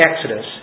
Exodus